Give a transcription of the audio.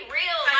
real